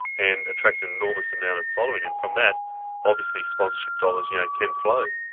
and attract an enormous amount of following. and from that obviously sponsorship dollars you know can flow.